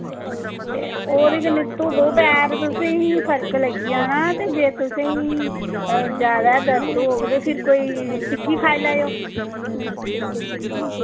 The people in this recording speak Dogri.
ते ओह्दे कन्नै धोवो पैर तुसेंगी फर्क लग्गी जाना ते जे तुसेंगी जैदा दर्द होग ते फिर कोई टिक्की खाई लैएओ